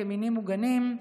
כמינים מוגנים,